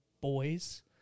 boys